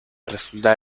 resultaba